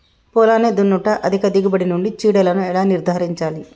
పొలాన్ని దున్నుట అధిక దిగుబడి నుండి చీడలను ఎలా నిర్ధారించాలి?